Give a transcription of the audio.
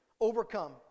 overcome